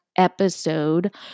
episode